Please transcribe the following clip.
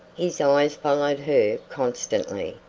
his eyes followed her constantly,